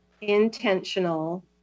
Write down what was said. Intentional